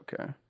Okay